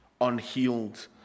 unhealed